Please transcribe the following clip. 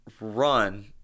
run